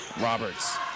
Roberts